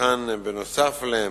וחלקן נוסף עליהם.